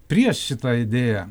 prieš šitą idėją